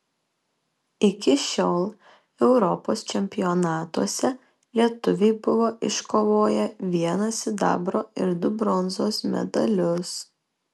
iki šiol europos čempionatuose lietuviai buvo iškovoję vieną sidabro ir du bronzos medalius